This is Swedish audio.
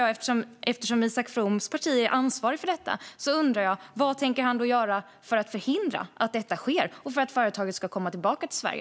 Eftersom Isak Froms parti är ansvarigt för detta undrar jag: Vad tänker han göra för att förhindra att detta sker och för att företaget ska komma tillbaka till Sverige?